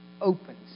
opens